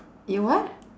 you what